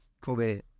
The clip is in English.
Kobe